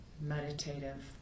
meditative